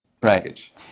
package